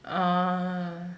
orh